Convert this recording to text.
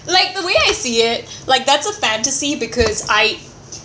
like the way I see it like that's a fantasy because I